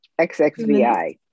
XXVI